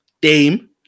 Dame